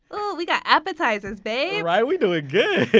but we got appetizers, babe! right, we doing good!